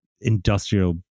industrial